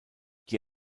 die